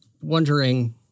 wondering